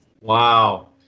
Wow